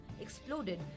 Exploded